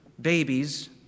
babies